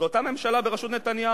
זו אותה ממשלה בראשות נתניהו.